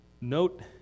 Note